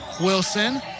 Wilson